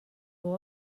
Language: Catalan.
fou